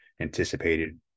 anticipated